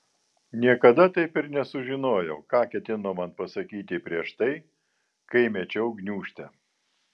niekada taip ir nesužinojau ką ketino man pasakyti prieš tai kai mečiau gniūžtę